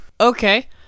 Okay